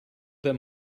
that